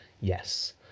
Yes